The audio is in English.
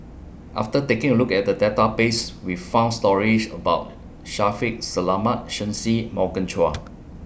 after taking A Look At The Database We found stories about Shaffiq Selamat Shen Xi Morgan Chua